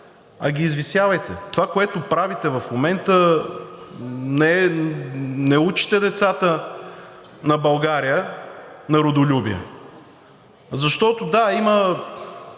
а ги извисявайте. Това, което правите в момента, не учите децата на България на родолюбие! Да, има